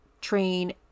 train